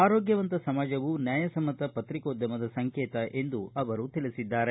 ಆರೋಗ್ಗವಂತ ಸಮಾಜವು ನ್ಯಾಯಸಮ್ನತ ಪತ್ರಿಕೋದ್ಗಮದ ಸಂಕೇತ ಎಂದು ತಿಳಿಸಿದ್ದಾರೆ